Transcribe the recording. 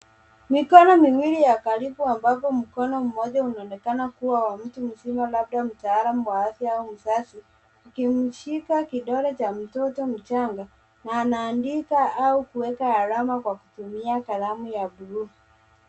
Mikono miwili ya karibu ambapo mkono mmoja unaonekana kuwa wa mtu mzima labda mtaalam wa afya au mzazi, ukimshika kidole cha mtoto mchanga na anaandika au kuweka alama kwa kutumia kalamu ya bluu.